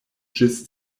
ĝis